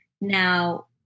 Now